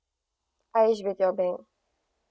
ah is with your bank